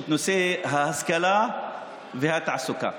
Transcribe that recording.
את נושא ההשכלה והתעסוקה?